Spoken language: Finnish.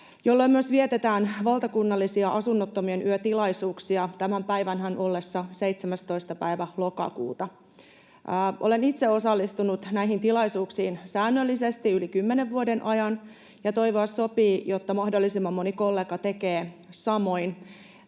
jolloin myös vietetään valtakunnallisia Asunnottomien yö ‑tilaisuuksia — tämä päivähän on 17. lokakuuta. Olen itse osallistunut näihin tilaisuuksiin säännöllisesti yli kymmenen vuoden ajan, ja toivoa sopii, että mahdollisimman moni kollega tekee samoin.